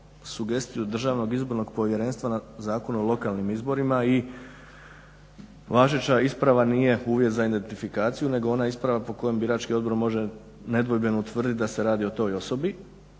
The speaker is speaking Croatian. sugestiju Državnog izbornog povjerenstva na Zakon o lokalnim izborima i važeća isprava nije uvjet za identifikaciju, nego je ona isprava po kojoj birački odbor može nedvojbeno utvrdit da se radi o toj osobi,